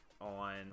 on